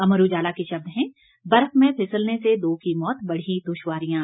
अमर उजाला के शब्द हैं बर्फ में फिसलने से दो की मौत बढ़ी दुश्वारियां